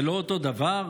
זה לא אותו דבר,